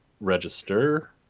register